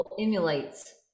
Emulates